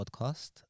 podcast